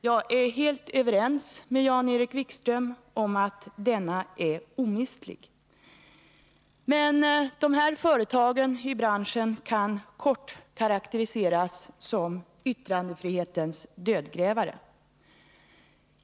Jag är helt överens med Jan-Erik Wikström om att denna är omistlig. Men de här företagen i branschen kan kort karakteriseras som yttrandefrihetens dödgrävare.